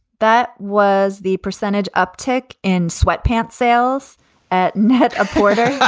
that was the percentage uptick in sweatpants sales at net a porter